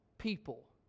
people